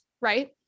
right